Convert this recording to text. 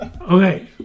Okay